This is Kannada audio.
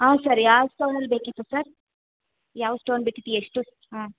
ಹಾಂ ಸರ್ ಯಾವ ಸ್ಟೋನಲ್ಲಿ ಬೇಕಿತ್ತು ಸರ್ ಯಾವ ಸ್ಟೋನ್ ಬೇಕಿತ್ತು ಎಷ್ಟು ಹ್ಞೂ